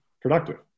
productive